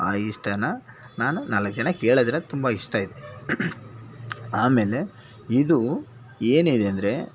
ಆ ಇಷ್ಟನ ನಾನು ನಾಲ್ಕು ಜನಕ್ಕೆ ಹೇಳದ್ರೆ ತುಂಬ ಇಷ್ಟಯಿದೆ ಆಮೇಲೆ ಇದು ಏನಿದೆ ಅಂದರೆ